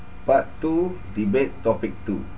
part two debate topic two